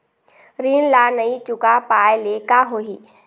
ऋण ला नई चुका पाय ले का होही?